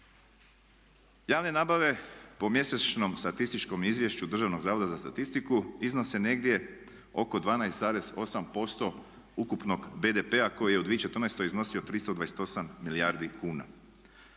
Javne nabave po mjesečnom statističkom izvješću Državnog zavoda za statistiku iznose negdje oko 12,8% ukupnog BDP-a koji je u 2014. iznosio 328 milijardi kuna.